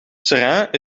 seraing